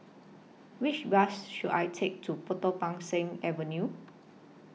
Which Bus should I Take to Potong Pasir Avenue